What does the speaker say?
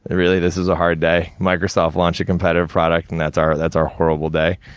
really? this is a hard day? microsoft launched a competitive product, and that's our that's our horrible day?